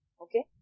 okay